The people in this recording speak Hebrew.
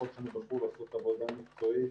המשלחות שלנו בחו"ל עושות עבודה מקצועית.